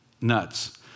nuts